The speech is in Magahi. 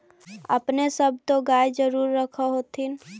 अपने सब गाय तो जरुरे रख होत्थिन?